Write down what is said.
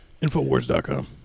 Infowars.com